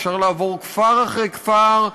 אפשר לעבור כפר אחרי כפר,